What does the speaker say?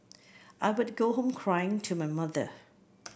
I would go home cry to my mother